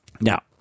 Now